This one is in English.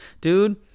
Dude